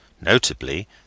notably